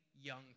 young